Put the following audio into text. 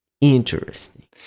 Interesting